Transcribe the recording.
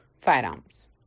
firearms